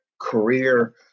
career